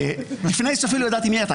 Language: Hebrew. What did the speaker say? לפני שאפילו ידעתי מי אתה.